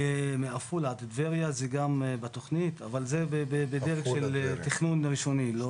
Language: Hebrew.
זה גם בתוכנית אבל זה בדרג של תכנון ראשוני.